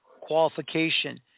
qualification